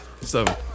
seven